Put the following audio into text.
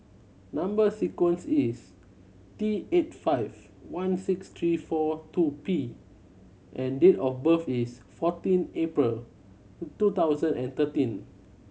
number sequence is T eight five one six three four two P and date of birth is fourteen April two thousand and thirteen